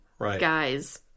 guys